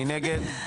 מי נגד?